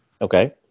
Okay